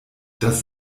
das